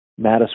Mattis